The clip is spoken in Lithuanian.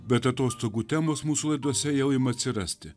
bet atostogų temos mūsų laidose jau ima atsirasti